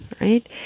right